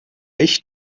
echt